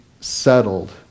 settled